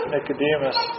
Nicodemus